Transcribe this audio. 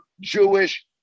Jewish